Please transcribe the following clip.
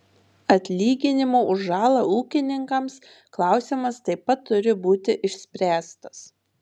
atlyginimo už žalą ūkininkams klausimas taip pat turi būti išspręstas